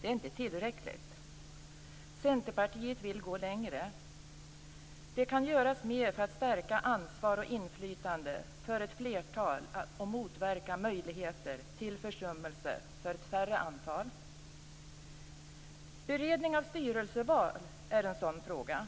Det är inte tillräckligt. Centerpartiet vill gå längre. Det kan göras mer för att stärka ansvar och inflytande för ett flertal och motverka möjligheter till försummelse för ett mindre antal. Beredning av styrelseval är en sådan fråga.